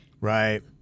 Right